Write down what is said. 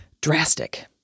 drastic